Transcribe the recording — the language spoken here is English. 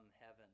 heaven